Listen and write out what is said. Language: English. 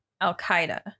Al-Qaeda